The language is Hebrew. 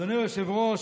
אדוני היושב-ראש,